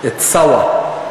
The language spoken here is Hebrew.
אֶת "סאווה"?